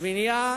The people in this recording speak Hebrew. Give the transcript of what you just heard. השמינייה